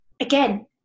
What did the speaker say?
Again